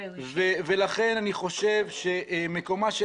לכן אני חושב שמקומה של